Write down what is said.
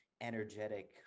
energetic